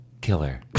killer